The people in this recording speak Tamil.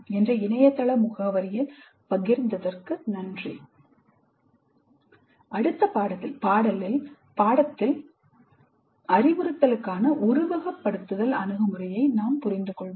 என்ற இணையதள முகவரியில் பகிர்ந்ததற்கு நன்றி அடுத்த பாடத்தில் அறிவுறுத்தலுக்கான உருவகப்படுத்துதல் அணுகுமுறையை நாம் புரிந்து கொள்வோம்